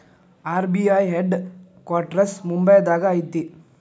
RBI head quarters ಮುಂಬೈದಾಗ ಐತಿ